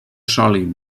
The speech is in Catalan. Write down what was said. sòlid